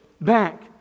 back